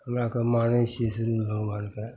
हमराके मानै छिए सूर्य भगवानके